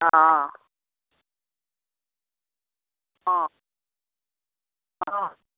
অ' অ' অ'